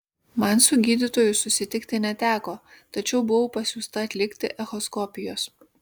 man su gydytoju susitikti neteko tačiau buvau pasiųsta atlikti echoskopijos